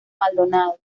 maldonado